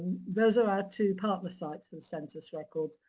those are our two partner sites for census records.